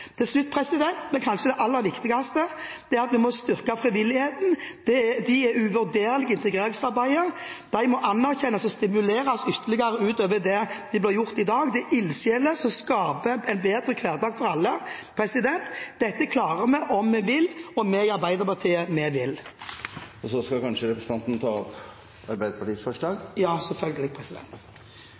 Til slutt det kanskje aller viktigste: Vi må styrke frivilligheten. Frivillige er uvurderlige i integreringsarbeidet. De må anerkjennes og stimuleres ytterligere – utover det vi har gjort til i dag. De er ildsjeler som skaper en bedre hverdag for alle. Dette klarer vi om vi vil, og vi i Arbeiderpartiet – vi vil. Jeg tar til slutt opp Arbeiderpartiets forslag.